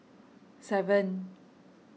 seven